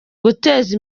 guteza